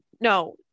No